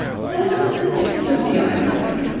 they're just the tip of the iceberg.